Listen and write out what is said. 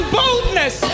boldness